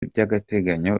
by’agateganyo